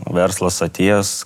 verslas atėjęs